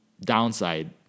downside